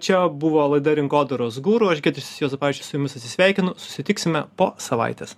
o čia buvo laida rinkodaros guru aš giedrius juozapavičius su jumis atsisveikinu susitiksime po savaitės